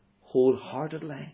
wholeheartedly